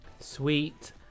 Sweet